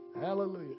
Hallelujah